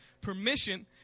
permission